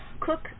Cook